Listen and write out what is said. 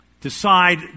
decide